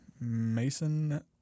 Mason